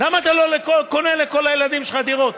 למה אתה לא קונה לכל הילדים שלך דירות?